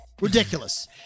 Ridiculous